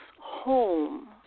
home